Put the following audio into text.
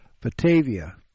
Batavia